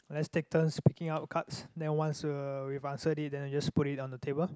let's take turns picking up cards then once we'll we've answered it then you just put it on the table